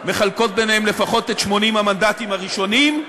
מחלקות ביניהן לפחות את 80 המנדטים הראשונים,